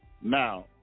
Now